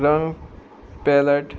रंग पेलट